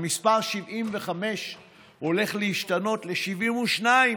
המספר 75 הולך להשתנות ל-72.